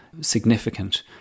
significant